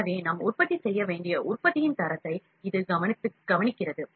எனவே நாம் உற்பத்தி செய்ய வேண்டிய உற்பத்தியின் தரத்தை இது கவனிக்கிறது